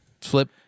Flip